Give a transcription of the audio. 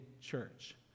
church